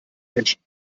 menschen